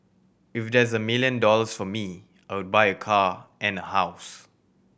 if there's a million dollars for me I would buy a car and a house